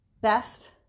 best